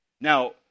Now